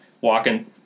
walking